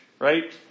right